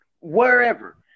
wherever